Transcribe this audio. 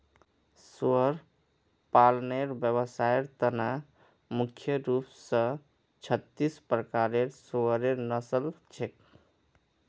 सुअर पालनेर व्यवसायर त न मुख्य रूप स छत्तीस प्रकारेर सुअरेर नस्ल छेक